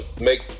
make